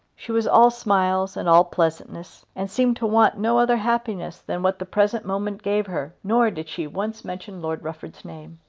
she was all smiles and all pleasantness, and seemed to want no other happiness than what the present moment gave her. nor did she once mention lord rufford's name.